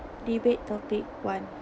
debate topic one